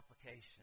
application